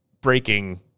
breaking